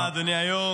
תודה רבה, אדוני היו"ר.